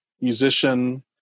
Musician